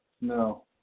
No